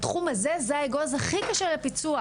בתחום הזה זה האגוז הכי קשה לפיצוח,